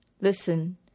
listen